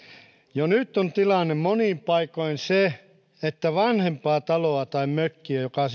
jo nyt on tilanne monin paikoin se että vanhempaa taloa tai mökkiä joka